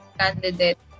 candidate